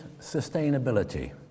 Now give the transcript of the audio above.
sustainability